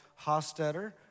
Hostetter